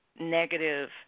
negative